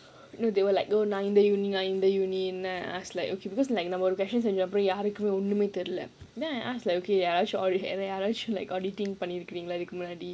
no they were like university university then I ask like okay because like செஞ்ச அப்புறம் யாருக்கும் ஒண்ணுமே தெரியல:senja appuram yaarukkum onnumae theriyala then I ask like okay ya lah auditing பண்ணிருக்கீங்களா இதுக்கு முன்னாடி:pannirukeengalaa idhukku munnaadi